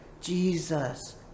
Jesus